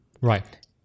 Right